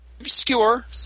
obscure